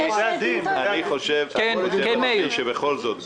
אני חושב שבכל זאת,